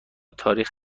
تاریخ